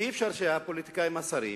כי אי-אפשר שהפוליטיקאים, השרים,